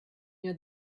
near